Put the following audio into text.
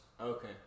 Okay